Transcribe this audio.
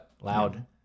Loud